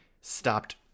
stopped